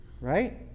right